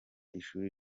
ishuri